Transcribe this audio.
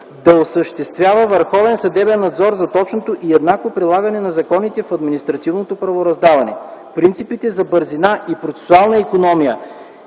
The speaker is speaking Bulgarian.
да осъществява върховен съдебен надзор за точното и еднакво прилагане на законите в административното правораздаване. Принципите за бързина и процесуална икономия